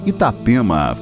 Itapema